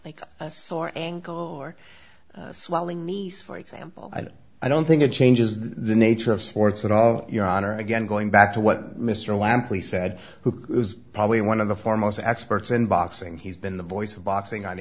like a sore ankle or swelling nice for example i don't think it changes the nature of sports at all your honor again going back to what mr lampley said who was probably one of the foremost experts in boxing he's been the voice of boxing on